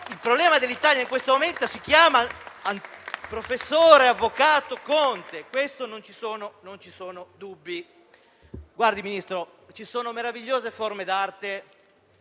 Il problema dell'Italia, in questo momento, si chiama professor avvocato Conte, su questo non ci sono dubbi. Signor Ministro, ci sono meravigliose forme d'arte